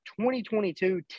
2022